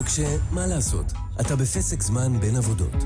כל שאר הגמלאות הן גמלאות נוספות,